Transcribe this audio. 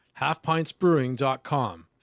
Halfpintsbrewing.com